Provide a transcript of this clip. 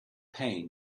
pain